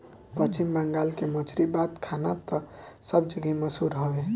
पश्चिम बंगाल के मछरी बात खाना तअ सब जगही मसहूर हवे